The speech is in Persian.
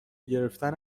گرفتن